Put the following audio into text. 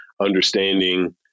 understanding